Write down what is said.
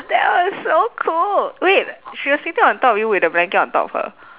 that was so cool wait she was sitting on top of you with the blanket on top of her